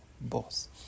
boss